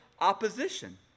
opposition